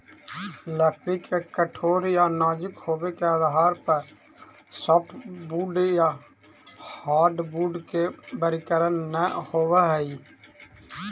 लकड़ी के कठोर या नाजुक होबे के आधार पर सॉफ्टवुड या हार्डवुड के वर्गीकरण न होवऽ हई